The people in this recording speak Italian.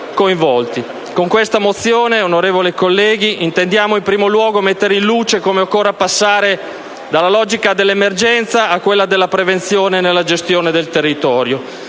in esame, onorevoli colleghi, intendiamo in primo luogo mettere in luce come occorra passare dalla logica dell'emergenza a quella della prevenzione nella gestione del territorio.